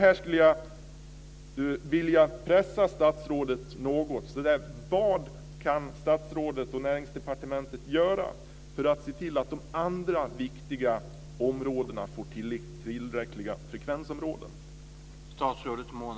Här skulle jag vilja pressa statsrådet: Vad kan statsrådet och Näringsdepartementet göra för att se till att de andra viktiga områdena får tillräckliga frekvensområden?